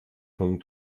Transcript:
von